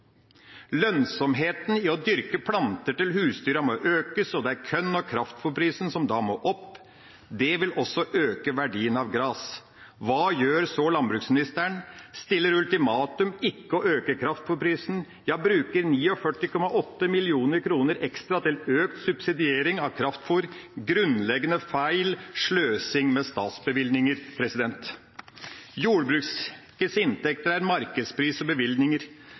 Lønnsomheten i å dyrke planter til husdyra må økes, og det er korn- og kraftfôrprisen som må opp. Det vil også øke verdien av gras. Hva gjør så landbruksministeren? Stiller som ultimatum ikke å øke kraftfôrprisen. Ja, statsråden bruker 49,8 mill. kr ekstra til økt subsidiering av kraftfôr – grunnleggende feil og sløsing med statsbevilgninger. Jordbrukets inntekter er markedspris og bevilgninger.